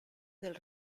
del